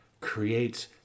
creates